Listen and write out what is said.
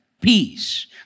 peace